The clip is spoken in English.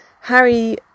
Harry